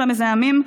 של המזהמים,